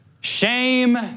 Shame